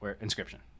Inscription